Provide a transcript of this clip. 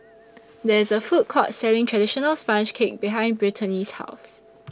There IS A Food Court Selling Traditional Sponge Cake behind Brittani's House